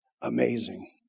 Amazing